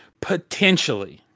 potentially